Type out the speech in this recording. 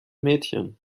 mädchen